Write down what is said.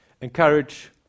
encourage